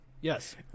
Yes